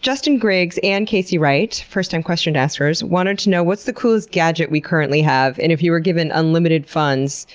justin griggs and kacie wight, first time question askers, wanted to know what's the coolest gadget we currently have? and if you were given unlimited funds,